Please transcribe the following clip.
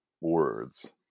words